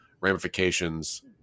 ramifications